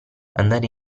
andare